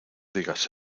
digas